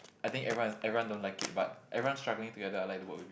I think everyones everyone don't like it but everyone struggling together I like to work with